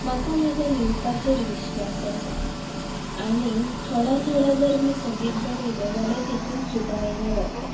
म्हाका म्हाजे लिवपाचेर विश्वास आसा आनीक थोडा थोडा जरी सदीत बरयलें जाल्यार तितून सुदारणां जाता